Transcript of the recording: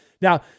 Now